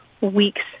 weeks